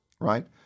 right